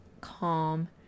calm